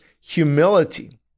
humility